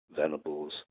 Venables